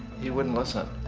he woudn't listen.